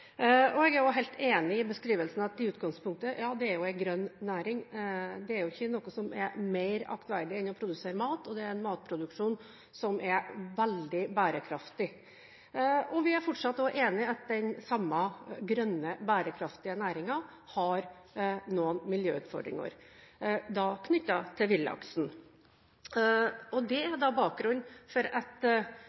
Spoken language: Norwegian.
Jeg er også helt enig i beskrivelsen av at dette i utgangspunktet er en grønn næring. Det er ikke noe som er mer aktverdig enn å produsere mat, og dette er en matproduksjon som er veldig bærekraftig. Vi er fortsatt enige i at den samme grønne og bærekraftige næringen har noen miljøutfordringer knyttet til villaksen. Det er bakgrunnen for at